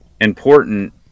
important